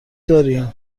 داریم